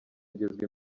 agezwa